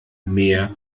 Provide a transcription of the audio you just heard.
mehr